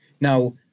Now